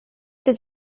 does